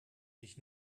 sich